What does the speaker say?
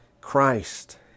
Christ